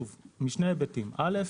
משני היבטים: אל"ף,